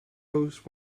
post